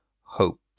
hope